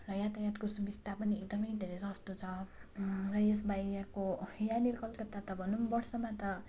र यातायातको सुबिस्ता पनि एकदम धेरै सस्तो छ र यस बाहेक यहाँको यहाँनिरको कलकत्ता त भनौँ वर्षमा त